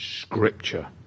scripture